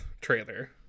trailer